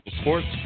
sports